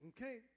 Okay